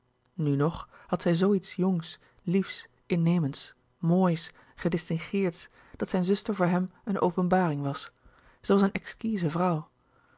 nu nog had zij zoo iets jongs liefs innemends moois gedistingeerds dat zijne zuster voor hem eene openbaring was zij was een exquize vrouw